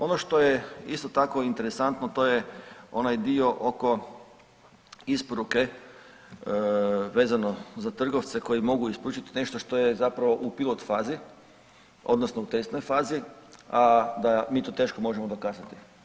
Ono što je isto tako interesantno to je onaj dio oko isporuke vezano za trgovce koji mogu isporučiti nešto što je u pilot fazi odnosno u testnoj fazi, a da mi to teško možemo dokazati.